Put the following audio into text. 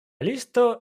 listo